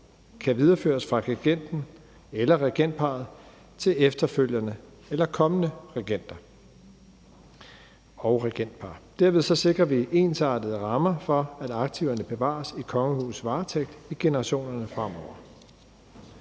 kan videreføres fra regenten eller regentparret til efterfølgende eller kommende regenter og regentpar. Derved sikrer vi ensartede rammer for, at aktiverne bevares i kongehusets varetægt i generationerne fremover.